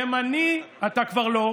ימני אתה כבר לא.